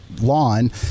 lawn